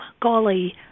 golly